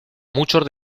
muchos